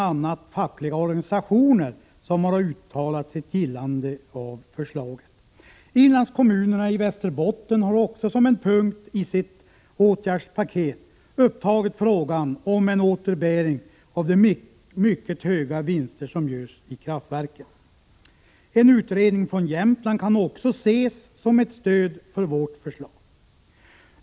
a. har fackliga organisationer uttalat sitt gillande av förslaget. Inlandskommunerna i Västerbotten har också som en punkt i sitt åtgärdspaket upptagit frågan om en återbäring av de mycket höga vinster som görs i kraftverken. En utredning från Jämtland kan också ses som ett stöd för vårt förslag.